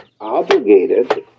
obligated